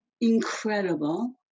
incredible